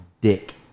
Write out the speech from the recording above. dick